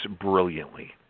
brilliantly